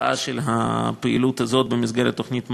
מהתוצאה של הפעילות הזאת במסגרת תוכנית "מרום".